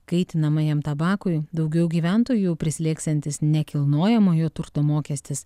kaitinamajam tabakui daugiau gyventojų prislėgsiantis nekilnojamojo turto mokestis